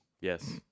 Yes